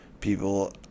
people